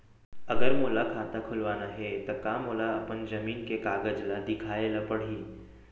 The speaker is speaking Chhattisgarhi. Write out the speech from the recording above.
अगर मोला खाता खुलवाना हे त का मोला अपन जमीन के कागज ला दिखएल पढही?